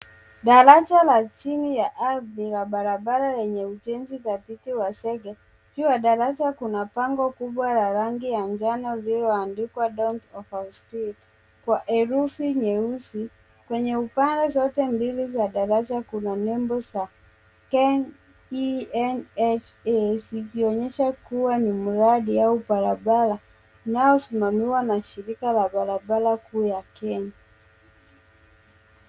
Daraja la chini ardhi ya barabra yenye ujenzi dhabiti wa sege, juu ya daraja kuna bango kubwa la rangi ya njano lilio andikwa don't overspeed kwa herufi nyeusi, kwenye upande zote mbili kuna nembo za KeNHA zikionyesha kuwa ni mradi wa barbara unao simamiwa na shirika la barabara kuu ya Kenya.